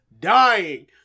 dying